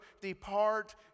depart